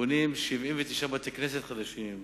בונים 79 בתי-כנסת חדשים,